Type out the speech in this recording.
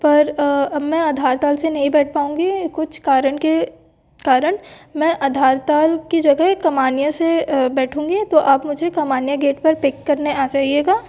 पर अब मैं आधार ताल से नहीं बैठ पाऊँगी कुछ कारण के कारण मैं आधार ताल की जगह कमानिया से बैठूँगी तो आप मुझे कमानिया गेट पर पिक करने आ जाइएगा